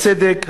הצדק,